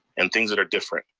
and things that are different.